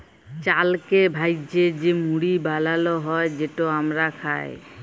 চালকে ভ্যাইজে যে মুড়ি বালাল হ্যয় যেট আমরা খাই